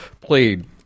played